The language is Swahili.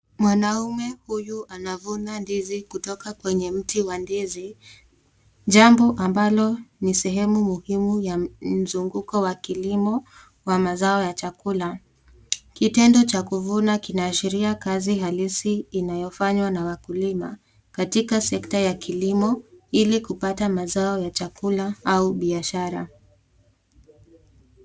Mwanaume huyu anavuna ndizi kutoka kwa mmea wa ndizi, jambo amabalo ni sehemu muhimu katika ukulimo wa mazao ya chakula, kitendo cha kuvuna kinaashiria kazi halisi inayofanywa na wakulima katika sekta ya kilimo ili kupata mazao ya chakula au biashara.